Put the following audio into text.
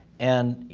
and,